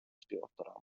співавторам